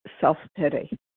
self-pity